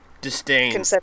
disdain